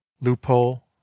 loophole